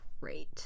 great